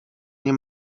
nie